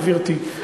גברתי,